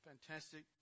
Fantastic